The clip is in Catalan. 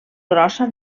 grossa